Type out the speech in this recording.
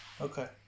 Okay